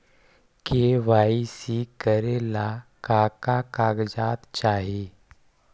KYC करे ला का का कागजात चाही?